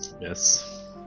Yes